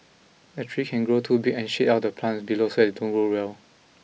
a tree can grow too big and shade out the plants below so they don't grow well